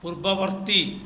ପୂର୍ବବର୍ତ୍ତୀ